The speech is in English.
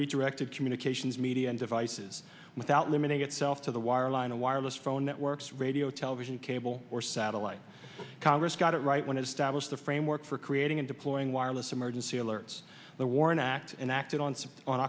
redirected communications media and devices without limiting itself to the wireline and wireless phone networks radio television cable or satellite congress got it right when established the framework for creating and deploying wireless emergency alerts the warren act and acted on